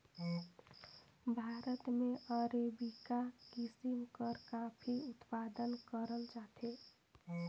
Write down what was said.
भारत में अरेबिका किसिम कर काफी उत्पादन करल जाथे